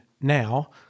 now